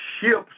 ships